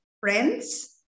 friends